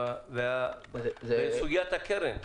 לסוגיית הקרן?